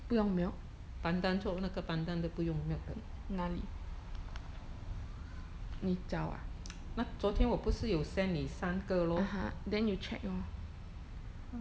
不用 milk 哪里你找啊 (uh huh) then you check lor